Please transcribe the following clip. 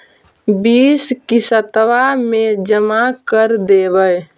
बिस किस्तवा मे जमा कर देवै?